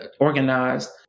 organized